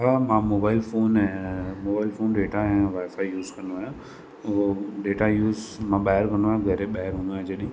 हा मां mobile phone ऐं मोबाइल फोन डेटा ऐं वाईफाई यूस कंदो आहियां उहो डेटा यूस मां ॿाहिरि कंदो आहियां घर जे ॿाहिरि हूंदो आहियां जॾहिं